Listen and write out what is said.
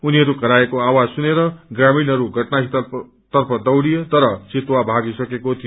उनीहरू कराएको आवाज सुनेर ग्रामीणहरू घटना स्थलतर्फ दौड़िए तर चितुवा भागि सकेको थियो